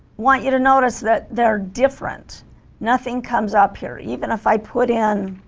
want you to notice that they're different nothing comes up here even if i put in